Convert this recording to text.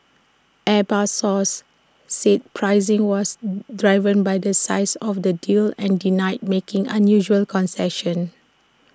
airbus sources said pricing was driven by the size of the deals and denied making unusual concessions